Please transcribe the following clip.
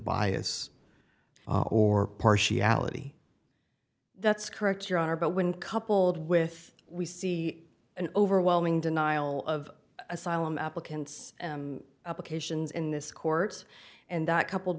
bias or partiality that's correct your honor but when coupled with we see an overwhelming denial of asylum applicants applications in this court and that coupled